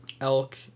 elk